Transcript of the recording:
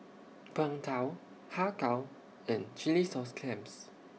Png Tao Har Kow and Chilli Sauce Clams